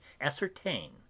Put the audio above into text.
ascertain